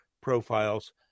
profiles